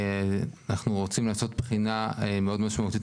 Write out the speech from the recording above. אנחנו רוצים לעשות בחינה מאוד משמעותית